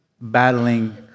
battling